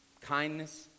kindness